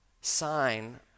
sign